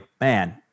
man